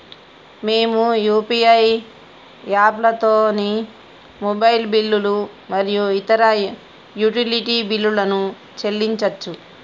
మేము యూ.పీ.ఐ యాప్లతోని మొబైల్ బిల్లులు మరియు ఇతర యుటిలిటీ బిల్లులను చెల్లించచ్చు